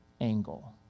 angle